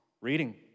reading